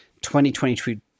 2022